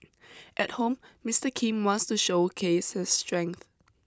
at home Mister Kim wants to showcase his strength